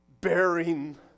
bearing